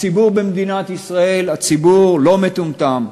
הציבור במדינת ישראל לא מטומטם,